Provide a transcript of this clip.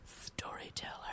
Storyteller